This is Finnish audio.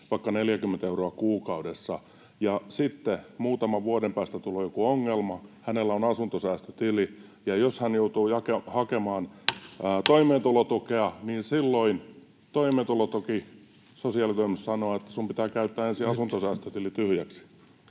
vaikka 40 euroa kuukaudessa — ja sitten muutaman vuoden päästä tulee joku ongelma, hänellä on asuntosäästötili, ja jos hän joutuu hakemaan toimeentulotukea, niin silloin sosiaalitoimisto sanoo, että sinun pitää käyttää ensin asuntosäästötili tyhjäksi?